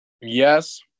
Yes